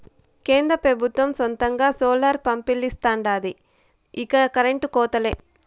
కేంద్ర పెబుత్వం సొంతంగా సోలార్ పంపిలిస్తాండాది ఇక కరెంటు కోతలే